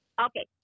Okay